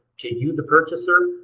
to you, the purchaser,